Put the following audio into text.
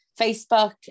Facebook